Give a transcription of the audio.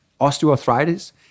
osteoarthritis